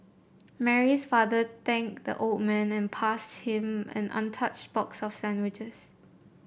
Mary's father thanked the old man and passed him an untouched box of sandwiches